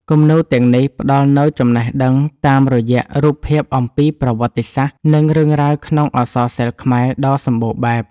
គំនូរទាំងនេះផ្ដល់នូវចំណេះដឹងតាមរយៈរូបភាពអំពីប្រវត្តិសាស្ត្រ និងរឿងរ៉ាវក្នុងអក្សរសិល្បខ្មែរដ៏សម្បូរបែប។